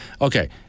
Okay